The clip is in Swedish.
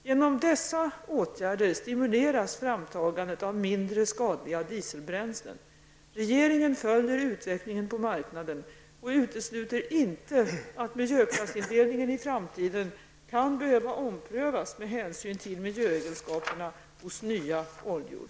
Genom dessa åtgärder stimuleras framtagandet av mindre skadliga dieselbränslen. Regeringen följer utvecklingen på marknaden och utesluter inte att miljöklassindelningen i framtiden kan behöva omprövas med hänsyn till miljöegenskaperna hos nya oljor.